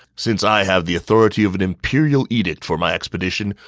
since i have the authority of an imperial edict for my expedition,